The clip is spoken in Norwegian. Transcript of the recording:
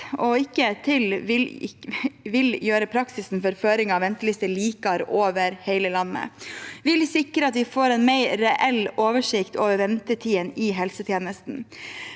vil gjøre praksisen for føring av venteliste likere over hele landet og sikre at vi får en mer reell oversikt over ventetidene i helsetjenesten.